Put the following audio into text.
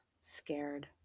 scared